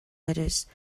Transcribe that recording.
lettuce